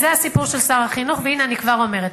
אז זה הסיפור של שר החינוך, והנה אני כבר אומרת: